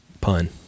pun